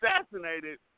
assassinated